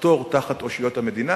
לחתור תחת אושיות המדינה.